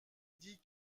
dit